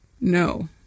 No